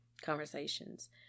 conversations